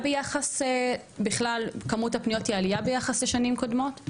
--- ומספר הפניות הוא בעלייה ביחס לשנים קודמות?